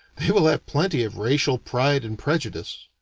they will have plenty of racial pride and prejudice,